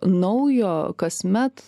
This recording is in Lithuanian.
naujo kasmet